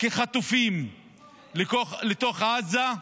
כחטופים לתוך עזה,